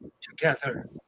together